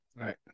right